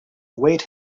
await